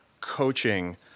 coaching